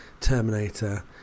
Terminator